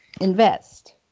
invest